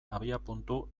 abiapuntu